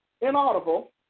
inaudible